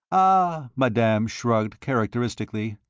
ah, madame shrugged characteristically.